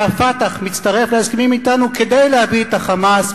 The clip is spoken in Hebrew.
שה"פתח" מצטרף להסכמים אתנו כדי להביא את ה"חמאס",